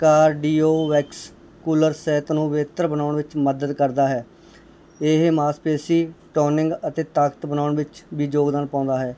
cardiovascular ਸਿਹਤ ਨੂੰ ਬਿਹਤਰ ਬਣਾਉਣ ਵਿੱਚ ਮਦਦ ਕਰਦਾ ਹੈ ਇਹ ਮਾਸਪੇਸ਼ੀ ਟੋਨਿੰਗ ਅਤੇ ਤਾਕਤ ਬਣਾਉਣ ਵਿੱਚ ਵੀ ਯੋਗਦਾਨ ਪਾਉਂਦਾ ਹੈ